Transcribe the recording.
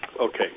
Okay